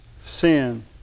sin